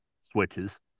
switches